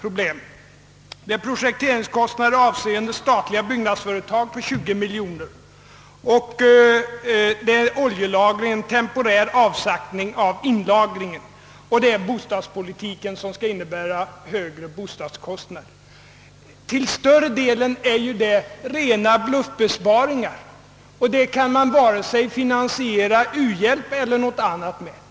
Man vill spara 20 miljoner på projekteringskostnader avseende statliga byggnadsföretag, man vill temporärt åstadkomma en avsaktning i inlagringen av olja och man har vissa förslag beträffande bostadspolitiken som skulle medföra högre bostadskostnader. Till större delen är ju detta rena bluffbesparingar som inte kan finansiera vare sig u-hjälp eller någonting annat.